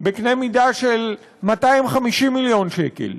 בקנה מידה של 250 מיליון שקל.